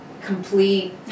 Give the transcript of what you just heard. complete